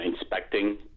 inspecting